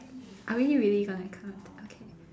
are we really gonna count okay